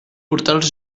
portals